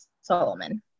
Solomon